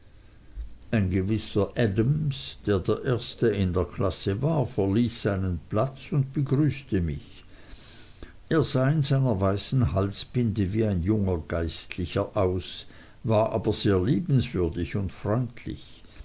ein gewisser adams der der erste in der klasse war verließ seinen platz und begrüßte mich er sah in seiner weißen halsbinde wie ein junger geistlicher aus war aber sehr liebenswürdig und freundlich